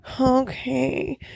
okay